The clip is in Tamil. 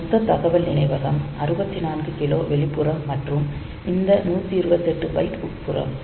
மொத்த தகவல் நினைவகம் 64K வெளிப்புறம் மற்றும் இந்த 128 பைட் உட்புறம்